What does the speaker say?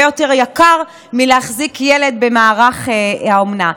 יותר יקר מלהחזיק ילד במערך האומנה.